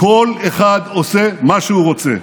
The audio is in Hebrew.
כל אחד עושה מה שהוא רוצה.